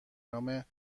نام